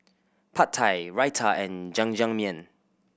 Pad Thai Raita and Jajangmyeon